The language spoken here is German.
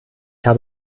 habe